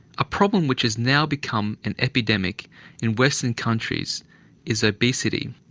a problem which has now become an epidemic in western countries is obesity.